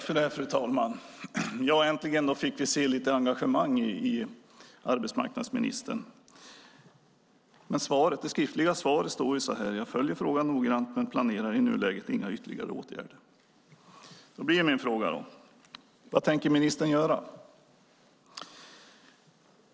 Fru talman! Äntligen fick vi se lite engagemang hos arbetsmarknadsministern. I det skriftliga svaret står det: Jag följer frågan noggrant, men planerar i nuläget inga ytterligare åtgärder. Vad tänker ministern göra?